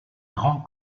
grand